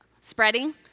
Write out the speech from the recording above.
Spreading